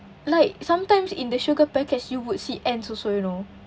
like sometimes in the sugar packets you would see ants also you know